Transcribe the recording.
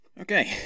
Okay